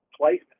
placement